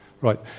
Right